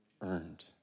earned